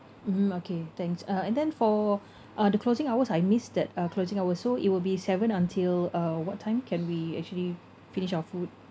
mmhmm okay thanks uh and then for uh the closing hours I miss that uh closing hours so it will be seven until uh what time can we actually finish our food